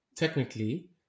technically